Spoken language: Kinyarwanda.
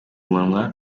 umunwa